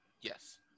Yes